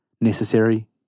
necessary